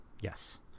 Yes